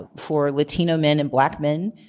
but for latino men and black men,